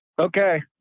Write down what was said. Okay